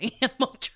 animal